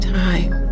time